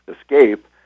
escape